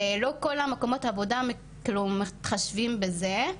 לא כל מקומות העבודה מתחשבים בזה.